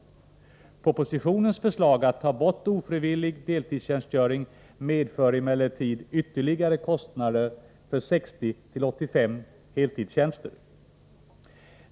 Propositionens förslag att ta bort ofrivillig deltidstjänstgöring medför emellertid ytterligare kostnader för 60-85 heltidstjänster.